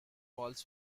walls